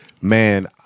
man